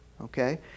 Okay